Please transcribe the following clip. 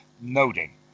noting